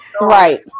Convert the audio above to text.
right